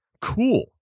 cool